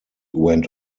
went